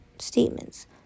Statements